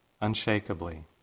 unshakably